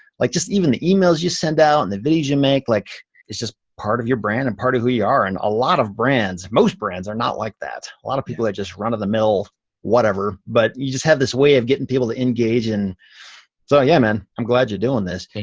like just, even the emails you send out and the videos you make, like it's just part of your brand and part of who you are, and a lot of brands, most brands, are not like that. a lot of people are just run-of-the-mill whatever, but you just have this way of getting people to engage. and so, yeah, man, i'm glad you're doing this.